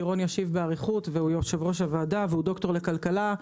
כי רון ישיב באריכות והוא יושב ראש הוועדה והוא ד"ר לכלכלה.